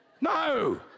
No